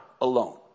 alone